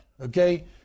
okay